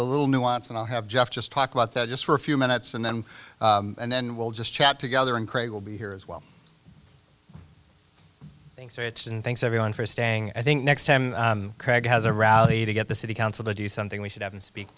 a little nuance and i'll have jeff just talk about that just for a few minutes and then and then we'll just chat together and craig will be here as well thanks rich and thanks everyone for staying i think next time craig has a rally to get the city council to do something we should have him speak